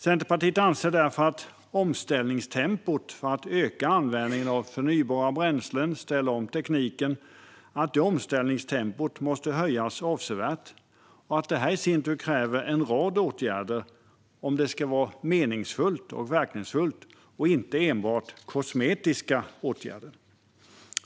Centerpartiet anser därför att omställningstempot för att öka användningen av förnybara bränslen och för att ställa om tekniken måste höjas avsevärt och att detta i sin tur kräver en rad åtgärder om det ska vara meningsfullt och verkningsfullt och inte enbart kosmetiska åtgärder.